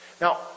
Now